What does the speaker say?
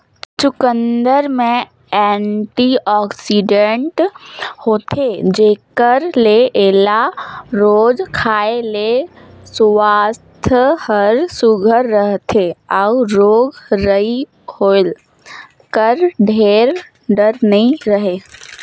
चुकंदर में एंटीआक्सीडेंट होथे जेकर ले एला रोज खाए ले सुवास्थ हर सुग्घर रहथे अउ रोग राई होए कर ढेर डर नी रहें